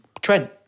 Trent